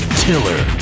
tiller